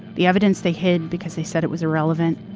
the evidence they hid because they said it was irrelevant,